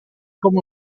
come